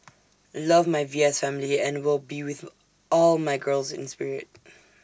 love my V S family and will be with all my girls in spirit